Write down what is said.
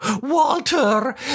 Walter